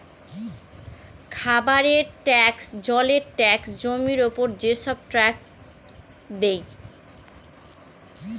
খাবারের ট্যাক্স, জলের ট্যাক্স, জমির উপর যেসব ট্যাক্স দেয়